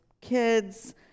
kids